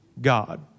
God